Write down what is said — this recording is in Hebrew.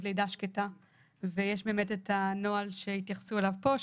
לידה שקטה ויש באמת את הנוהל שהתייחסו אליו פה,